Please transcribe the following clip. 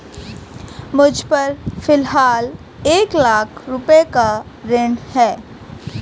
मुझपर फ़िलहाल एक लाख रुपये का ऋण है